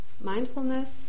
Mindfulness